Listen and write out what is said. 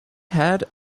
had